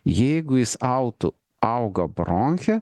jeigu jis autų auga bronche